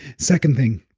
second thing,